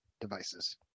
devices